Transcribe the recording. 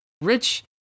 Rich